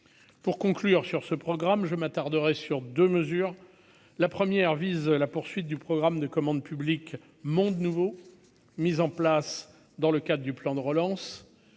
pour conclure sur ce programme, je m'attarderai sur 2 mesures : la première vise la poursuite du programme de commande publique monde nouveau mise en place dans le cadre du plan de relance